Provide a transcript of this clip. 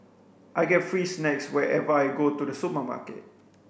I get free snacks whenever I go to the supermarket